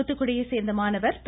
தூத்துக்குடியை சோ்ந்த மாணவர் ப